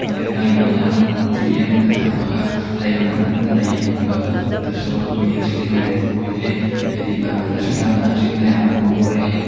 ꯃꯣꯏ ꯂꯩꯀꯥꯏꯒꯤ ꯑꯣꯏ ꯑꯃꯈꯛ ꯇꯤ ꯕꯤ ꯑꯃꯈꯛ ꯊꯝꯃꯒ ꯂꯩꯕ ꯉꯝꯅꯗꯗꯅ ꯌꯦꯡꯉꯝꯕ ꯑꯗꯨꯁꯨ ꯑꯩꯈꯣꯏꯒꯤ ꯍꯧꯖꯤꯛꯀꯤ ꯑꯣꯏꯅꯗꯤ ꯑꯣꯏꯗ꯭ꯔꯦ ꯍꯥꯏꯗꯤ ꯃꯃꯜꯁꯨ ꯌꯥꯝꯅ ꯍꯧꯖꯤꯛꯅ ꯌꯥꯝꯅ ꯍꯣꯡꯗꯣꯔꯛꯑꯦ